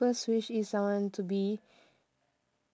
first wish is I want to be